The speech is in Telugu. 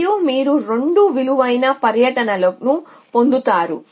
మరియు మీరు 2 విలువైన పర్యటనలను పొందుతారు